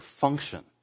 function